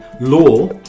law